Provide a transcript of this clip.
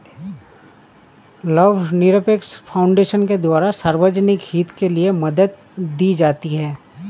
लाभनिरपेक्ष फाउन्डेशन के द्वारा सार्वजनिक हित के लिये मदद दी जाती है